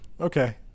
okay